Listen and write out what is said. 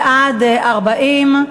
בעד, 40,